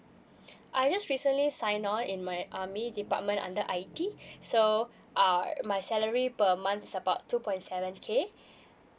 I just recently signed up in my army department under I_T so um my salary per months is about two points seven k